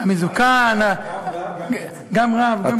המזוקן, גם רב, גם דתי.